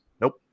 Nope